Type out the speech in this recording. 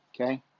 okay